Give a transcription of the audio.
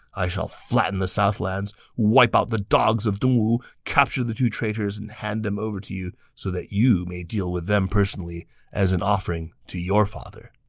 i shall flatten the southlands, wipe out the dogs of dongwu, capture the two traitors, and hand them over to you so that you may deal with them personally as an offering to your father.